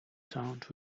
sound